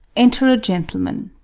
enter a gentleman